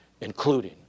including